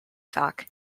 fact